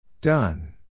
Done